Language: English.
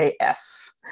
AF